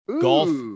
Golf